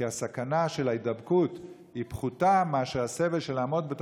כי הסכנה של ההידבקות היא פחותה מאשר הסבל של העמידה